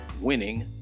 winning